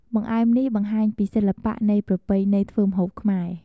បង្អែមនេះបង្ហាញពីសិល្បៈនៃប្រពៃណីធ្វើម្ហូបខ្មែរ។